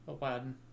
Aladdin